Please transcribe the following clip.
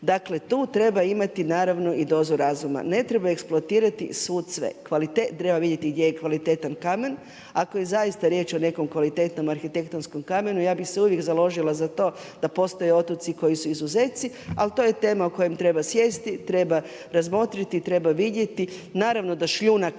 dakle, tu treba imati naravno i dozu razuma. Ne treba eksploatirati svud sve. Treba vidjeti gdje je kvalitetan kamen, a ako je zaista riječ o nekom kvalitetnom arhitektonskom kamenu, ja bi se uvijek založila za to da postoje otoci koji su izuzeci, ali to je tema o kojoj treba sjesti, treba razmotriti, treba vidjeti. Naravno da šljunak ne